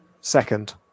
Second